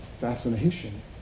fascination